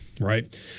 right